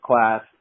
class